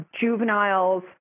juveniles